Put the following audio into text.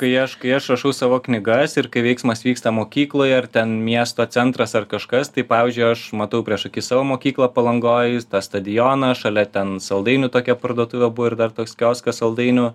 kai aš kai aš rašau savo knygas ir kai veiksmas vyksta mokykloje ar ten miesto centras ar kažkas tai pavyzdžiui aš matau priešaky savo mokyklą palangoj tą stadioną šalia ten saldainių tokia parduotuvė buvo ir dar toks kioskas saldainių